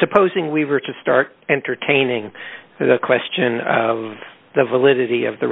supposing we were to start entertaining the question of the validity of the